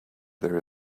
there